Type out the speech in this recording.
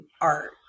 art